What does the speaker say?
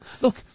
Look